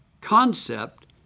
concept